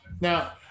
Now